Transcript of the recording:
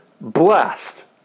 blessed